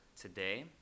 today